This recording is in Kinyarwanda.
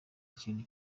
ikintu